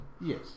Yes